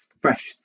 fresh